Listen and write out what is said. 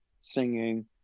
singing